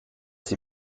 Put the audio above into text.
sie